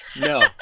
No